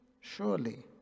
surely